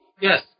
Yes